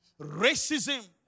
Racism